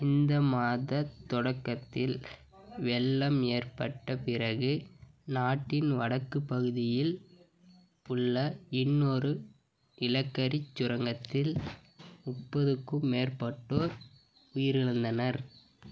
இந்த மாதத் தொடக்கத்தில் வெள்ளம் ஏற்பட்ட பிறகு நாட்டின் வடக்குப் பகுதியில் உள்ள இன்னொரு நிலக்கரிச் சுரங்கத்தில் முப்பதுக்கும் மேற்பட்டோர் உயிரிழந்தனர்